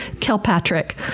kilpatrick